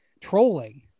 trolling